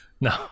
No